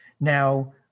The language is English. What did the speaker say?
Now